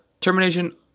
termination